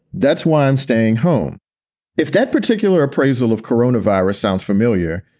that's why i'm staying home if that particular appraisal of corona virus sounds familiar,